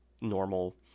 normal